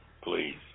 please